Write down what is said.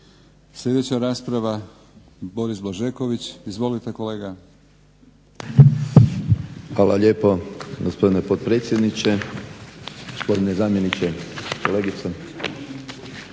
Sljedeća rasprava Boris Blažeković. Izvolite kolega. **Blažeković, Boris (HNS)** Hvala lijepo gospodine potpredsjedniče, gospodine zamjeniče, kolegice.